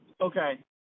Okay